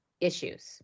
issues